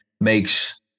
makes